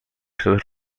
sus